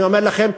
אני אומר לכם,